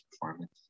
performance